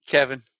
Kevin